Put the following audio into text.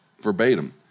verbatim